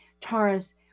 Taurus